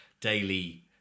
daily